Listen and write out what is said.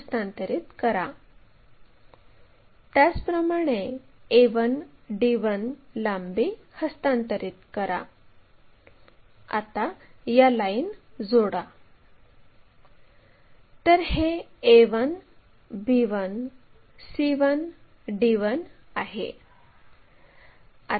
उदाहरणार्थ आपण एक पेन घेऊ म्हणजे ही एक लाईन आहे आणि तो या बिंदूला स्पर्श करेल